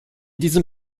diesem